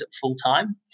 full-time